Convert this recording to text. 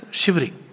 shivering